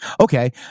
Okay